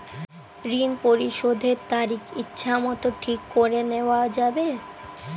ঋণ পরিশোধের তারিখ ইচ্ছামত ঠিক করে নেওয়া যাবে?